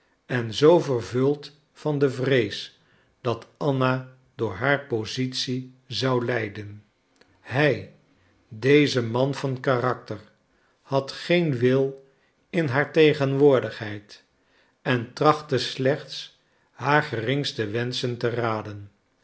en zoo vervuld van de vrees dat anna door haar positie zou lijden hij deze man van karakter had geen wil in haar tegenwoordigheid en trachtte slechts haar geringste wenschen te raden